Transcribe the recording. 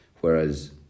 whereas